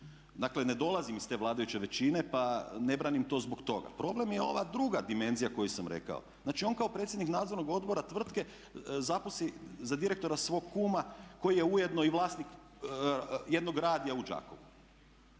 Dakle, ne dolazim iz te vladajuće većine pa ne branim to zbog toga. Problem je ova druga dimenzija koju sam rekao. Znači, on kao predsjednik Nadzornog odbora tvrtke zaposli za direktora svog kuma koji je ujedno i vlasnik jednog radija u Đakovu.